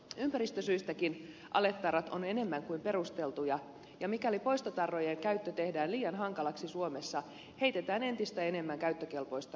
ympäristösyistäkin aletarrat ovat enemmän kuin perusteltuja ja mikäli poistotarrojen käyttö tehdään liian hankalaksi suomessa heitetään entistä enemmän käyttökelpoista ruokaa roskiin